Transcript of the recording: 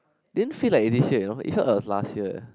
didn't feel like is this year you know it felt like it was last year eh